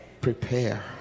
Prepare